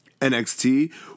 NXT